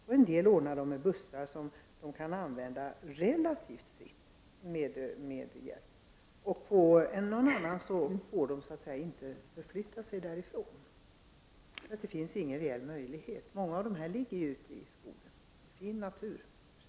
En del förläggningar ordnar med bussar som kan disponeras relativt fritt. Vid ytterligare någon annan förläggning får flyktingarna inte lämna området därför att det inte finns någon reell möjlighet till detta. Många av förläggningarna ligger ju ute i skogen, i fin natur i och för sig.